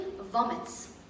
vomits